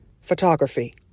Photography